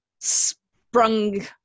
sprung